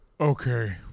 Okay